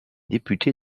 député